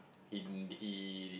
him he